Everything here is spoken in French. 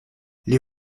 les